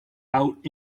out